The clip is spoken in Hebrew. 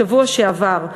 בשבוע שעבר,